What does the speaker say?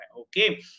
okay